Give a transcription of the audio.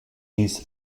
these